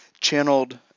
channeled